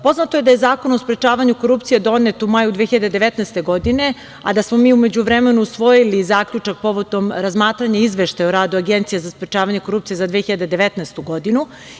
Poznato je da je Zakon o sprečavanju korupcije donet u maju 2019. godine, a da smo mi u međuvremenu usvojili zaključak povodom razmatranja Izveštaja o radu Agencije za sprečavanje korupcije za 2019. godinu.